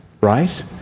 right